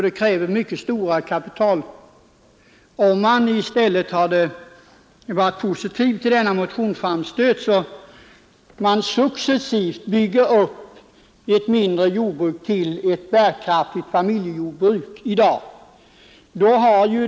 Det krävs mycket stora kapitalinsatser i dag. Med en positiv inställning till vår motionsframstöt skulle det bli möjligt att successivt bygga upp ett mindre jordbruk till ett bärkraftigt familjejordbruk.